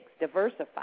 diversify